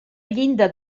llinda